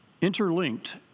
interlinked